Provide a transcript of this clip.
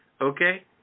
okay